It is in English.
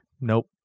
nope